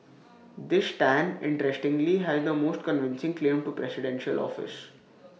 this Tan interestingly has the most convincing claim to presidential office